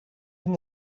from